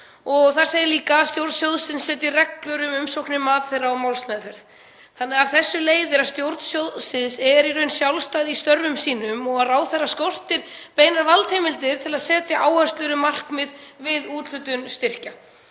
þar segir líka að stjórn sjóðsins setji reglur um umsóknir, mat þeirra og málsmeðferð. Af þessu leiðir að stjórn sjóðsins er í raun sjálfstæð í störfum sínum og ráðherra skortir beinar valdheimildir til að setja áherslur um markmið við úthlutun styrkja.